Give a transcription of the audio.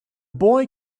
boy